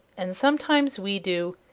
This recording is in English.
and sometimes we do,